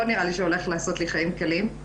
למה צריך לעבור את זה שוב ושוב?